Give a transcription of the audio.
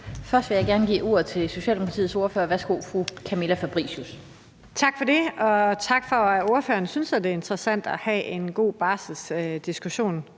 Først vil jeg gerne give ordet til Socialdemokratiets ordfører. Værsgo, fru Camilla Fabricius. Kl. 12:17 Camilla Fabricius (S): Tak for det. Og tak til ordføreren for at synes, at det er interessant at have en god barselsdiskussion.